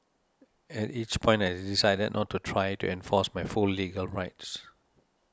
at each point I decided not to try to enforce my full legal rights